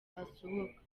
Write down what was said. asohoka